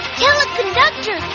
teleconductor